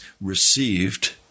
received